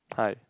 hi